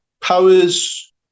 powers